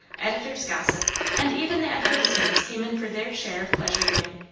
editor's gossip and even the advertisements came in for their share of pleasure-giving.